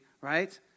right